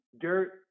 dirt